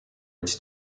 its